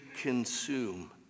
consume